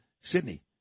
sydney